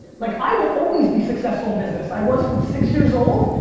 like i will always be successful in business. i was from six years old.